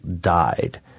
died